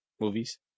movies